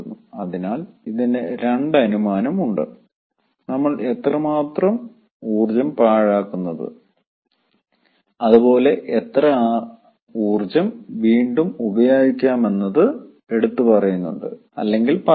അതിനാൽ ഇതിന് 2 അനുമാനം ഉണ്ട് നമ്മൾ എത്രമാത്രം ഊർജ്ജം പാഴാക്കുന്നത് അതുപോലെ എത്ര ഊർജ്ജം വീണ്ടും ഉപയോഗിക്കാമെന്നത് എടുത്ത് പറയുന്നുണ്ട് അല്ലെങ്കിൽ പറയുന്നില്ല